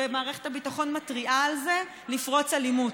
ומערכת הביטחון מתריעה על זה, לפרוץ אלימות.